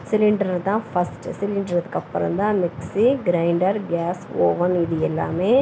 cylinder தான் first சிலிண்டருக்கு அப்புறந்தான் மிக்ஸி கிரைண்டர் கேஸ் ஓவன் இது எல்லாம்